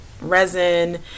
resin